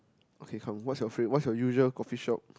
okay come what's your fave~ your usual coffeeshop